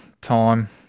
time